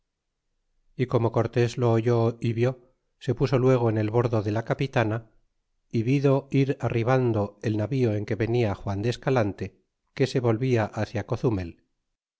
e como cortes lo oyó é vi se puso luego en el bordo de la capitana é vicio ir arribando el navío en que venia juan de escalante que se volnia cia cozumel